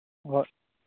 ꯍꯣꯏ